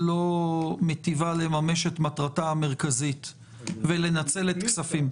מיטיבה לממש את מטרתה המרכזית בניצול ל הכספים.